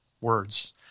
words